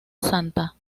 santa